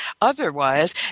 Otherwise